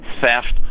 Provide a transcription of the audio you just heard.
theft